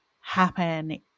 happen